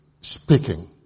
speaking